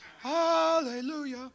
Hallelujah